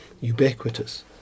ubiquitous